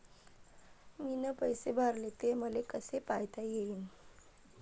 मीन पैसे भरले, ते मले कसे पायता येईन?